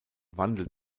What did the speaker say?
wandelt